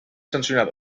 sancionador